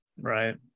right